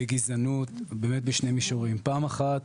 בגזענות היא באמת בשני מישורים: פעם אחת,